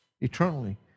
eternally